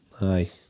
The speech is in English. aye